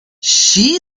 she